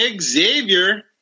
Xavier